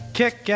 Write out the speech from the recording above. kick